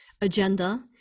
agenda